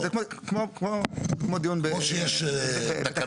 כמובן שבהתאם